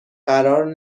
قرار